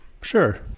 Sure